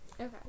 Okay